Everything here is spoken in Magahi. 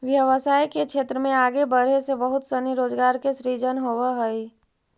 व्यवसाय के क्षेत्र में आगे बढ़े से बहुत सनी रोजगार के सृजन होवऽ हई